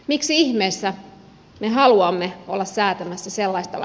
miksi ihmeessä me haluamme olla säätämässä sellaista